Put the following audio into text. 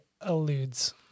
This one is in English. alludes